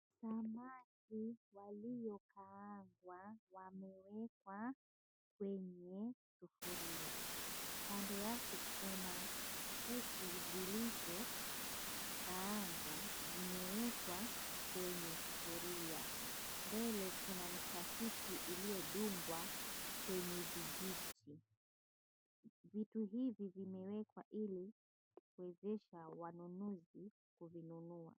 Samaki waliokaangwa wamewekwa kwenye sufuria. Kando yake kuna kuku zilizokaangwa zimewekwa kwenye sufuria. Mbele kuna mishikaki iliyodungwa kwenye vijiti. Vitu hivi vimewekwa ili kuwezesha wanunuzi kuzinunua.